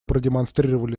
продемонстрировали